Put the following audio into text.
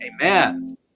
Amen